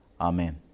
Amen